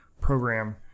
program